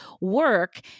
work